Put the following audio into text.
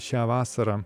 šią vasarą